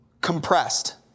compressed